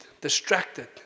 Distracted